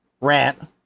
rant